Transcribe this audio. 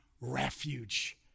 Refuge